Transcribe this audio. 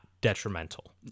detrimental